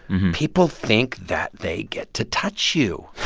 people think that they get to touch you